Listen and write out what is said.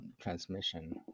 transmission